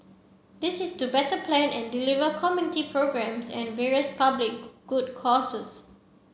this is to better plan and deliver community programmes and the various public good causes